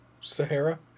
Sahara